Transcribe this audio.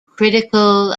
critical